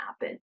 happen